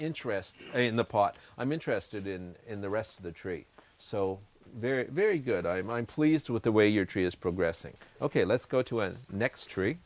interested in the part i'm interested in in the rest of the tree so very very good i am i'm pleased with the way your tree is progressing ok let's go to a next tree